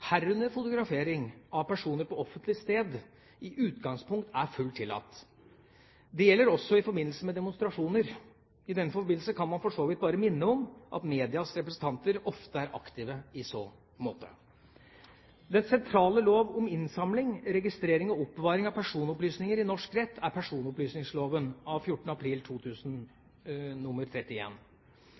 herunder fotografering, av personer på offentlig sted i utgangspunktet er fullt tillatt. Det gjelder også i forbindelse med demonstrasjoner. I denne forbindelse kan man for så vidt bare minne om at medias representanter ofte er aktive i så måte. Den sentrale lov om innsamling, registrering og oppbevaring av personopplysninger i norsk rett er personopplysningsloven av 14. april 2000